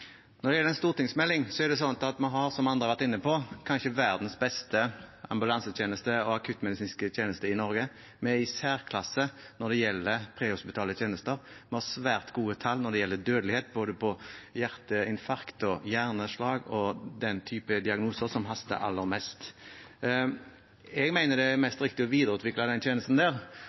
Når det gjelder en stortingsmelding, er det sånn at vi har, som andre har vært inne på, kanskje verdens beste ambulansetjeneste og akuttmedisinske tjeneste i Norge. Vi er i særklasse når det gjelder prehospitale tjenester, vi har svært gode tall når det gjelder dødelighet både av hjerteinfarkt og hjerneslag og den type diagnoser som haster aller mest. Jeg mener det er mest riktig å videreutvikle denne tjenesten.